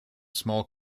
small